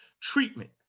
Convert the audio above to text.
treatment